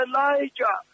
Elijah